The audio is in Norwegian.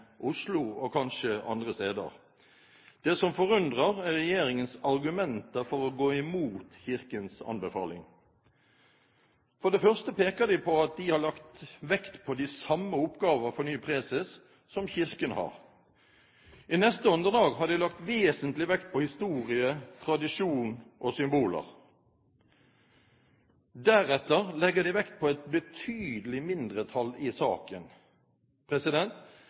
Oslo og kanskje andre steder. Det som forundrer, er regjeringens argumenter for å gå imot Kirkens anbefaling. For det første peker de på at de har lagt vekt på de samme oppgaver for ny preses som Kirken har. I neste åndedrag har de lagt vesentlig vekt på historie, tradisjon og symboler. Deretter legger de vekt på et betydelig mindretall i saken.